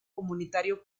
comunitario